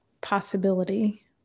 possibility